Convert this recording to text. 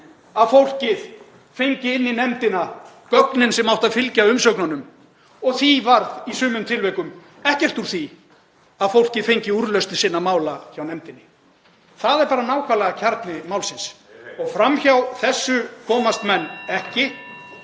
að fólkið fengi inn í nefndina gögnin sem áttu að fylgja umsögnunum og því varð í sumum tilvikum ekkert úr því að fólkið fengi úrlausn sinna mála hjá nefndinni. Það er nákvæmlega kjarni málsins og fram hjá þessu komast menn ekki.